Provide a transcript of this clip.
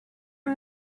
are